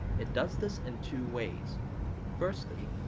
it does this in two ways firstly,